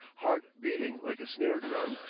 heart beating like a snare-drum,